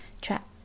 trap